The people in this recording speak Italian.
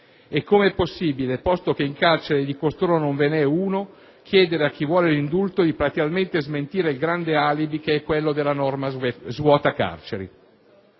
E come è possibile - posto che in carcere di costoro non ve ne è uno - chiedere a chi vuole l'indulto di platealmente smentire il grande alibi, che è quello della norma svuota carceri?